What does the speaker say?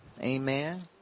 Amen